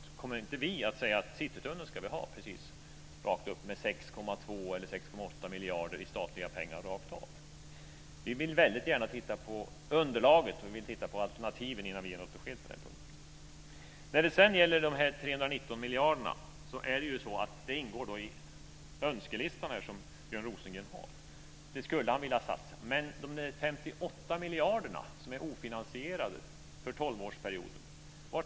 Vi kommer inte att säga att Citytunneln ska vi ha med Vi vill gärna titta på underlaget och alternativen innan vi ger något besked. När det gäller de 319 miljarderna ingår de i Björn Rosengrens önskelista. Det skulle han vilja satsa. Men var tänker Björn Rosengren ta de 58 miljarder som är ofinansierade för 12-årsperioden?